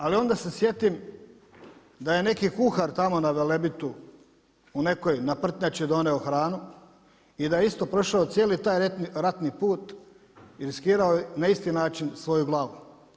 Ali onda se sjetim da je neki kuhar tamo na Velebitu u nekoj naprtnjači donio hranu i da je isto prošao cijeli taj ratni put i riskirao na isti način svoju glavu.